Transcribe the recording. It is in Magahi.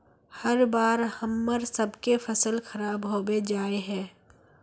हर बार हम्मर सबके फसल खराब होबे जाए है?